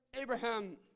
Abraham